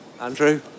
Andrew